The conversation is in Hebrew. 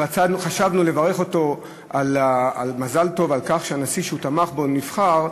חשבנו לברך אותו במזל טוב על כך שהנשיא שהוא תמך בו נבחר,